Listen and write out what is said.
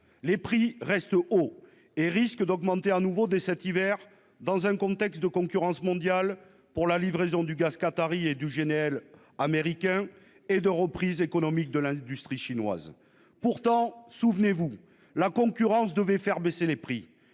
les prix restent hauts et risque d'augmenter à nouveau dès cet hiver dans un contexte de concurrence mondiale pour la livraison du gaz qatari et du GNL américain et de reprise économique de l'industrie chinoise. Pourtant, souvenez-vous, la concurrence devait faire baisser les prix.